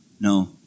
No